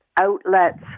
outlets